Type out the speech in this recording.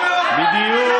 בדיוק,